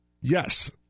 Yes